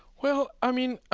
well, i mean,